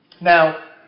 Now